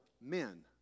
men